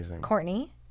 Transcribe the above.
Courtney